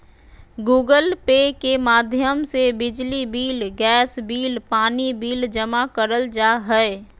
Google Pay के माध्यम से बिजली बिल, गैस बिल, पानी बिल जमा करल जा हय